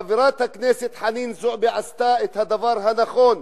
חברת הכנסת חנין זועבי עשתה את הדבר הנכון.